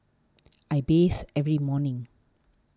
I bathe every morning